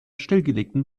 stillgelegten